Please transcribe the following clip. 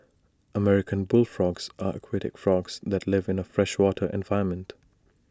American bullfrogs are aquatic frogs that live in A freshwater environment